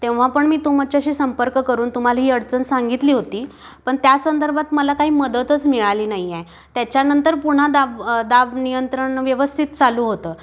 तेव्हा पण मी तुमच्च्याशी संपर्क करून तुम्हाला ही अडचण सांगितली होती पण त्या संदर्बात मला काही मदतच मिळाली नाहीये त्याच्यानंतर पुन्हा दाब दाब नियंत्रण व्यवस्थित चालू होतं